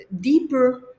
deeper